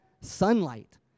Sunlight